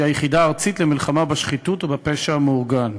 שהיא היחידה הארצית למלחמה בשחיתות ובפשע המאורגן.